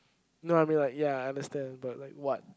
no I mean like ya I understand but like what